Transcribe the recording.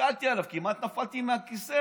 הסתכלתי עליו, כמעט נפלתי מהכיסא.